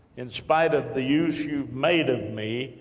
in spite of the use you've made of me,